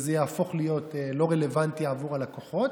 וזה יהפוך להיות לא רלוונטי עבור הלקוחות.